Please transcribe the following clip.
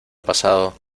pasado